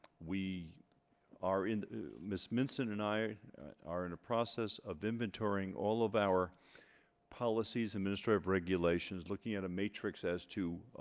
we are in miss minson and i are in a process of inventorying all of our policies, administrative regulations looking at a matrix as to